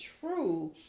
true